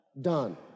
done